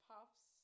Puffs